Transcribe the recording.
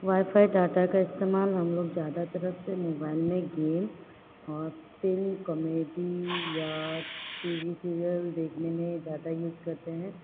wifi data का इस्तेमाल हम लोग ज़्यादा तरफ से मोबाइल में गेम और फिल्म कमेडी या टी वी सीरियल देखने में ज़्यादा यूज करते हैं